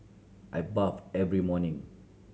I bathe every morning